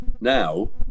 now